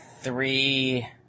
three